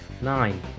Nine